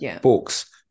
books